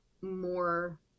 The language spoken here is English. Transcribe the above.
more